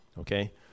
okay